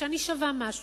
שאני שווה משהו,